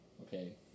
okay